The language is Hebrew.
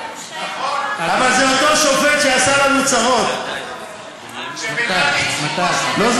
אבל זה אותו שופט שעשה לנו צרות, שופט יהודי.